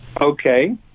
Okay